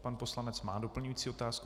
Pan poslanec má doplňující otázku.